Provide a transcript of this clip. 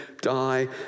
die